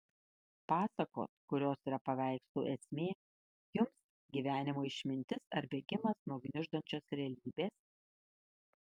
pasakos kurios yra paveikslų esmė jums gyvenimo išmintis ar bėgimas nuo gniuždančios realybės